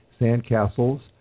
Sandcastles